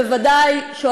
מה